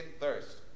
thirst